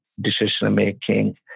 decision-making